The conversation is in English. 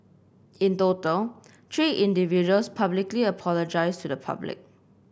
in total three individuals publicly apologised to the public